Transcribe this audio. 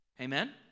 Amen